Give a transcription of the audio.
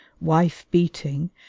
wife-beating